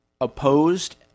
opposed